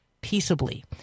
peaceably